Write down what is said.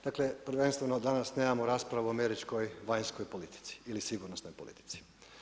Dakle, prvenstveno danas nemamo raspravo o Američkoj vanjskoj politici ili sigurnosnoj politici.